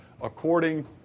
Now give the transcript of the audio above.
according